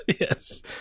Yes